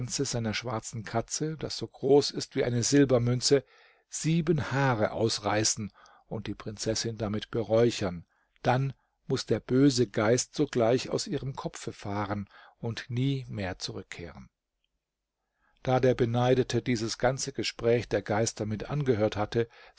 seiner schwarzen katze das so groß ist wie eine silbermünze sieben haare ausreißen und die prinzessin damit beräuchern dann muß der böse geist sogleich aus ihrem kopfe fahren und nie mehr zurückkehren da der beneidete dieses ganze gespräch der geister mit angehört hatte